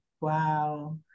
wow